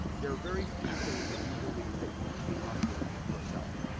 there are very few things that you believe that you came up with yourself.